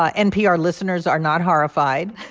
ah npr listeners are not horrified.